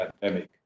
pandemic